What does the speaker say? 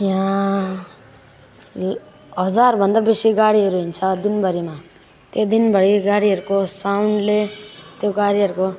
यहाँ ल हजारभन्दा बेसी गाडीहरू हिँड्छ दिनभरिमा त्यही दिनभरिको गाडीहरूको साउन्डले त्यो गाडीहरूको